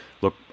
look